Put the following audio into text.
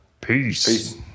Peace